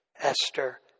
Esther